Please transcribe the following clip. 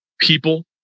People